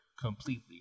completely